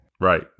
Right